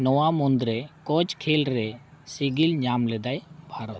ᱱᱚᱣᱟ ᱢᱩᱫᱽᱨᱮ ᱠᱚᱪ ᱠᱷᱮᱞ ᱨᱮ ᱥᱤᱸᱜᱤᱞ ᱧᱟᱢ ᱞᱮᱫᱟᱭ ᱵᱷᱟᱨᱚᱛ